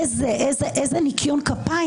איזה ניקיון כפיים?